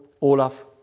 Olaf